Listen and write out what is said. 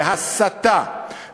בהסתה,